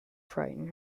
frighten